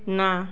ନା